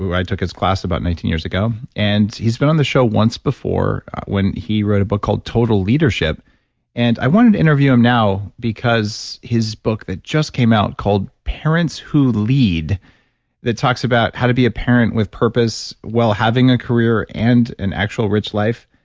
i took his class about nineteen years ago, and he's been on the show once before when he wrote a book called total leadership and i wanted to interview him now because his book that just came out called parents who lead that talks about how to be a parent with purpose while having a career and an actual rich life.